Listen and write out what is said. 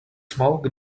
smoke